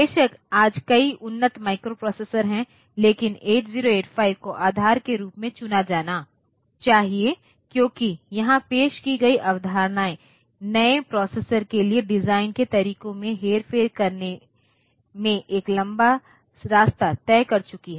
बेशक आज कई उन्नत माइक्रोप्रोसेसर हैं लेकिन 8085 को आधार के रूप में चुना जाना चाहिए क्योंकि यहां पेश की गई अवधारणाएं नए प्रोसेसर के डिजाइन के तरीकों में हेरफेर करने में एक लंबा रास्ता तय कर चुकी हैं